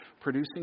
producing